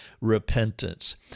repentance